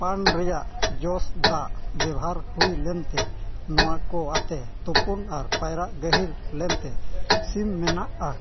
ᱯᱟᱱ ᱨᱮᱱᱟᱜ ᱡᱩᱥ ᱫᱟᱜ ᱵᱮᱵᱷᱟᱨ ᱦᱩᱭᱞᱮᱱᱛᱮ ᱱᱚᱣᱟ ᱠᱚ ᱟᱛᱮᱫ ᱛᱩᱯᱩᱱ ᱟᱨ ᱯᱟᱭᱨᱟᱜ ᱜᱟᱹᱦᱤᱨ ᱞᱮᱱᱛᱮ ᱥᱤᱢ ᱢᱮᱱᱟᱜᱼᱟ